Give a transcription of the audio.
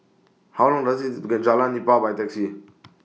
How Long Does IT get Jalan Nipah By Taxi